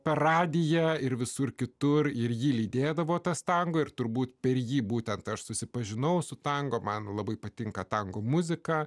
per radiją ir visur kitur ir jį lydėdavo tas tango ir turbūt per jį būtent aš susipažinau su tango man labai patinka tango muzika